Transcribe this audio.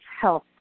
health